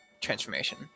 transformation